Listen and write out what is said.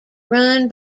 run